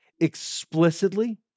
explicitly